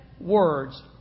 words